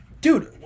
Dude